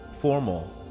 formal